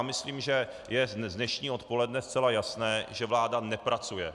Myslím, že je z dnešního odpoledne zcela jasné, že vláda nepracuje.